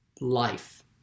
life